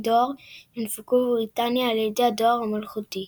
דואר שהונפקו בבריטניה על ידי הדואר המלכותי.